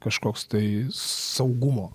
kažkoks tai saugumo